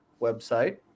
website